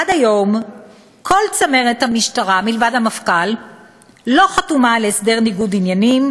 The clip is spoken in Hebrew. עד היום כל צמרת המשטרה מלבד המפכ"ל לא חתומה על הסדר ניגוד עניינים,